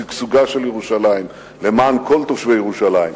שגשוגה של ירושלים למען כל תושבי ירושלים,